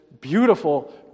beautiful